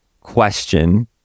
question